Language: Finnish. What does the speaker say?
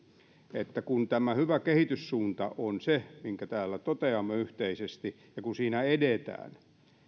että kun tämä hyvä kehityssuunta on se minkä täällä toteamme yhteisesti ja kun siinä edetään